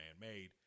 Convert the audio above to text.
man-made